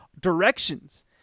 directions